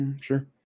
Sure